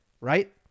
right